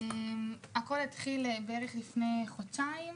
הכול התחיל לפני כחודשיים.